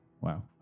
Wow